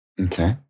Okay